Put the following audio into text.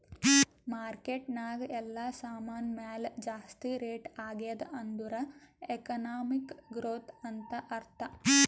market ನಾಗ್ ಎಲ್ಲಾ ಸಾಮಾನ್ ಮ್ಯಾಲ ಜಾಸ್ತಿ ರೇಟ್ ಆಗ್ಯಾದ್ ಅಂದುರ್ ಎಕನಾಮಿಕ್ ಗ್ರೋಥ್ ಅಂತ್ ಅರ್ಥಾ